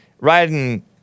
riding